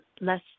less